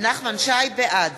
בעד